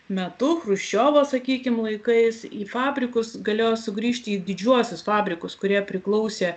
metu chruščiovo sakykime laikais į fabrikus galėjo sugrįžti į didžiuosius fabrikus kurie priklausė